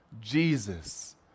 Jesus